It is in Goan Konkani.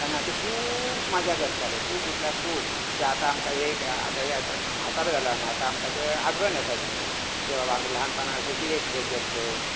तेन्ना अशी खूब्ब मजा करताले खूब म्हटल्यार खूब ते आता आमकां एक आतां म्हा म्हातेरे जाला आमी आतां आमकां ते आठवण येता ती जेंवा आमी ल्हानपणांत अशें कितें केल्लें